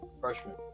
freshman